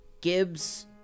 Gibbs